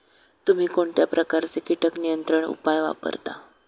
तुम्ही कोणत्या प्रकारचे कीटक नियंत्रण उपाय वापरता?